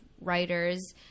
writers